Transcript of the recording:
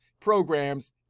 programs